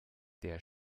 der